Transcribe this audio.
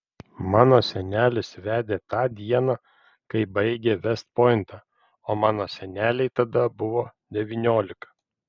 mano senelis vedė tą dieną kai baigė vest pointą o mano senelei tada buvo devyniolika